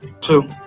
Two